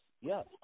yes